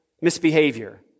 misbehavior